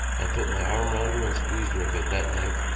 i put my arm round her and squeezed her a bit that night.